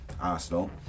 Arsenal